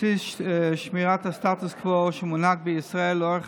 בבסיס שמירת הסטטוס קוו שמונהג בישראל לאורך